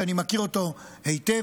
שאני מכיר אותו היטב,